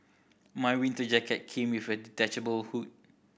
my winter jacket came with a detachable hood